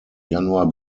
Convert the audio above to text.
januar